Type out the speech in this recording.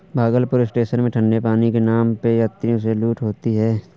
Bhagalpur station में ठंडे पानी के नाम पे यात्रियों से लूट होती है